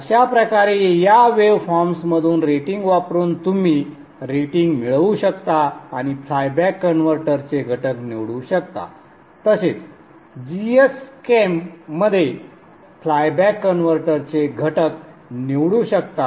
अशा प्रकारे या वेवफॉर्म्समधून रेटिंग वापरून तुम्ही रेटिंग मिळवू शकता आणि फ्लायबॅक कन्व्हर्टरचे घटक निवडू शकता तसेच gschem मध्ये फ्लायबॅक कन्व्हर्टरच्या योजनाबद्ध समावेशासह फ्लायबॅक कन्व्हर्टरचे घटक निवडू शकता